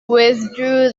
withdrew